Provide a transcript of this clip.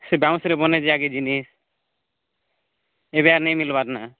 ସେ ବାଉଁଶରେ ବନାଇଛି ଆଘିଛିନି ଏବେ ଆଉ ନାହିଁ ମିଳିବାର ନା